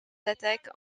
attaques